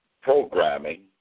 programming